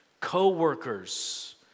co-workers